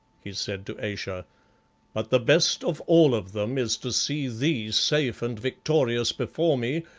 he said to ayesha but the best of all of them is to see thee safe and victorious before me,